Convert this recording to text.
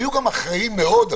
היו אחראים מאוד אפילו,